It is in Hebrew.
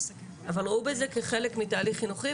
אבל ראו בזה כחלק מתהליך חינוכי.